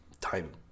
time